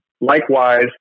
likewise